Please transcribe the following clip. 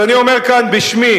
אז אני אומר כאן בשמי,